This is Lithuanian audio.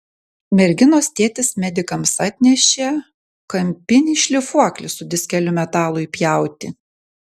merginos tėtis medikams atnešė kampinį šlifuoklį su diskeliu metalui pjauti